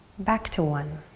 back to one.